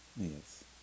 Yes